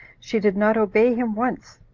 she did not obey him once.